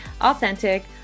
Authentic